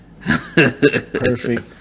Perfect